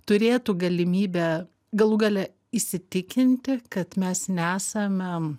turėtų galimybę galų gale įsitikinti kad mes nesame